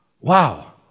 Wow